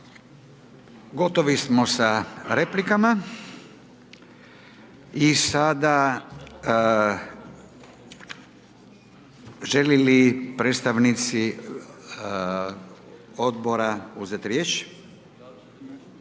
Gotovi smo sa replikama. I sada želi li predstavnici Odbora uzeti riječ?